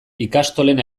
ikastolen